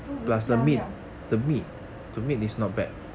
so 只是加料